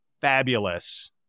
fabulous